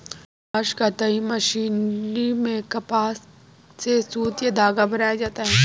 कपास कताई मशीनरी में कपास से सुत या धागा बनाया जाता है